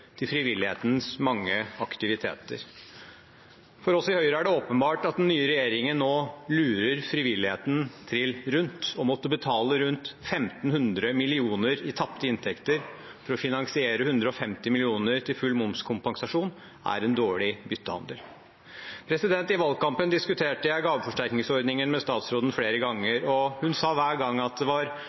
til frivillighetens mange aktiviteter. For oss i Høyre er det åpenbart at den nye regjeringen nå lurer frivilligheten trill rundt. Å måtte betale rundt 1 500 mill. kr i tapte inntekter for å finansiere 150 mill. kr til full momskompensasjon er en dårlig byttehandel. I valgkampen diskuterte jeg gaveforsterkningsordningen med statsråden flere ganger, og hun sa hver gang at det var